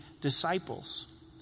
disciples